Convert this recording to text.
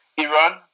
Iran